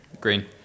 Green